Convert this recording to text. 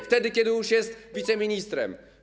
Wtedy, kiedy już jest wiceministrem.